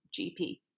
GP